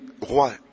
roi